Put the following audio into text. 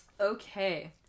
okay